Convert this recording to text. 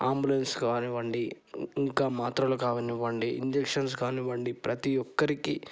ambulance కానివ్వండి ఇంకా మాత్రలు కావానివ్వండి ఇంజక్షన్స్ కానివ్వండి ప్రతి ఒక్కరికి